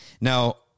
Now